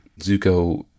Zuko